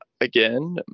again